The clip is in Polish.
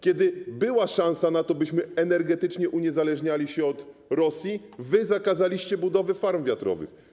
Kiedy była szansa na to, byśmy energetycznie uniezależniali się od Rosji, wy zakazaliście budowy farm wiatrowych.